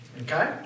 Okay